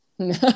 No